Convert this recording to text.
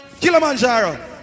Kilimanjaro